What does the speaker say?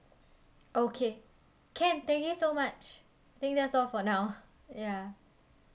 okay can thank you so much I think that's all for now ya